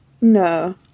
No